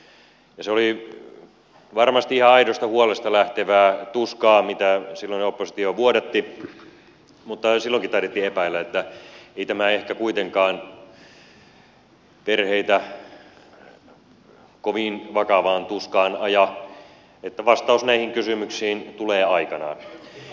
se oli varmasti ihan aidosta huolesta lähtevää tuskaa jota silloinen oppositio vuodatti mutta silloinkin taidettiin epäillä että ei tämä ehkä kuitenkaan perheitä kovin vakavaan tuskaan aja että vastaus näihin kysymyksiin tulee aikanaan